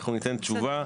אנחנו ניתן תשובה.